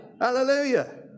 Hallelujah